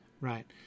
right